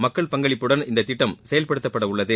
மக்கள் பங்களிப்புடன் இந்த திட்டம் செயல்படுத்தப்படவுள்ளது